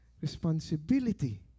responsibility